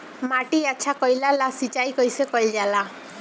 माटी अच्छा कइला ला सिंचाई कइसे कइल जाला?